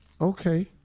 Okay